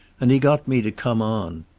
and he got me to come on.